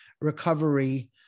recovery